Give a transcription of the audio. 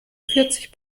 vierzig